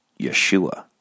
Yeshua